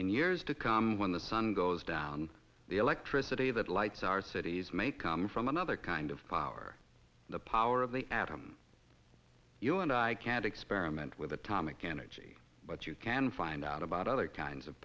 in years to come when the sun goes down the electricity that lights our cities may come from another kind of power the power of the atom you and i can't experiment with atomic but you can find out about other kinds of